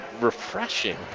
refreshing